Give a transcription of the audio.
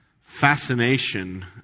fascination